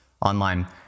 online